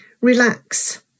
relax